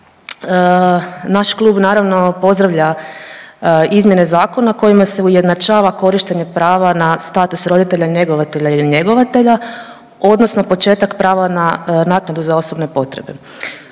Naš klub naravno pozdravlja izmjene zakona kojima se ujednačava korištenje prava na status roditelja njegovatelja ili njegovatelja odnosno početak prava na naknadu za osobne potrebe.